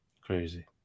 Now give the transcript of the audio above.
crazy